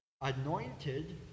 anointed